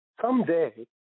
someday